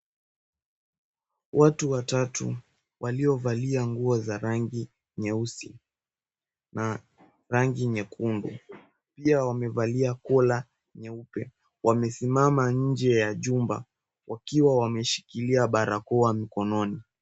Watu watatu, waliovalia nguo za rangi nyeusi na rangi nyekundu, mmoja amevalia kola nyeupe. Wamesimama nje ya jumba wakiwa wameshikilia barakoa mkononi.